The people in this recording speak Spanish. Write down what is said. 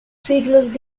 siglos